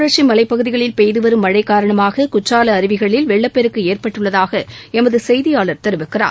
தொடர்ச்சி மலைப்பகுதிகளில் பெய்து வரும் மழை காரணமாக குற்றால அருவிகளில் மேற்கு வெள்ளப்பெருக்கு ஏற்பட்டுள்ளதாக எமது செயதியாளர் தெரிவிக்கிறார்